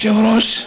אדוני היושב-ראש,